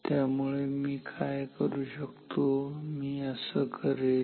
त्यामुळे मी काय करू शकतो मी असं करेल